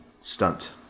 stunt